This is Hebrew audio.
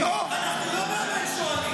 אנחנו לא באמת שואלים.